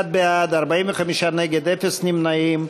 61 בעד, 45 נגד, אפס נמנעים.